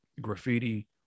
graffiti